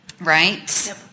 Right